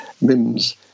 mims